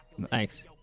Thanks